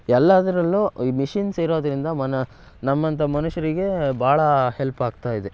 ಎಲ್ಲದ್ರಲ್ಲೂ ಈ ಮಿಷಿನ್ಸ್ ಇರೋದರಿಂದ ಮನ ನಮ್ಮಂಥ ಮನುಷ್ಯರಿಗೆ ಭಾಳ ಹೆಲ್ಪಾಗ್ತಾ ಇದೆ